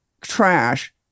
trash